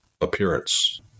appearance